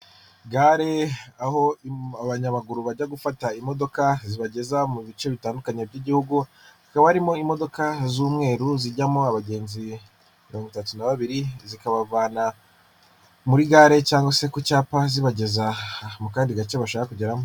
Gare aho abanyamaguru bajya gufata imodoka zibageza mu bice bitandukanye by'igihugu, hakaba harimo imodoka z'umweru zijyamo abagenzi mirongo itatu na babiri, zikabavana muri gare cyangwa se ku cyapa zibageza mu kandi gace bashaka kugeramo.